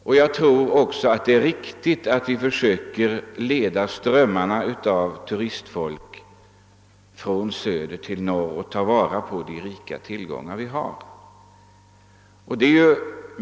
Likaså anser jag det vara riktigt att försöka leda strömmen av turister från söder till norr och utnyttja de stora tillgångar vi har norrut.